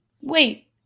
Wait